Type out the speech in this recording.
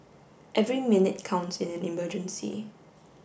every minute counts in an emergency